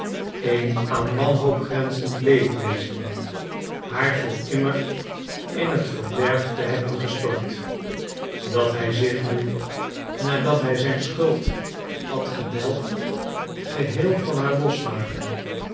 een aan wanhoop grenzend leedwezen haar voor immer in het verderf te hebben gestort dat hij zich nu nadat hij zijn schuld had gedelgd geheel van haar losmaken